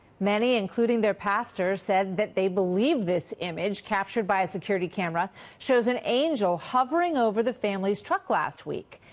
many, including their pastor said that they believe this image, captured, captured by a security camera shows an angel hovering over the family struck last week.